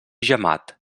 gemat